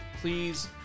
please